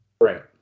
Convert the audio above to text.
Right